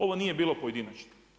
Ovo nije bilo pojedinačno.